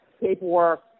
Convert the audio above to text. paperwork